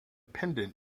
pendant